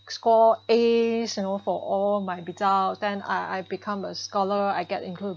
score A's you know for all my result then I become a scholar I get into